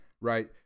Right